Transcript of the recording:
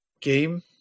game